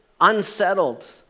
unsettled